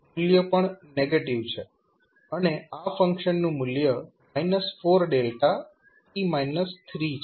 મૂલ્ય પણ નેગેટીવ છે અને આ ફંક્શનનું મૂલ્ય 4 છે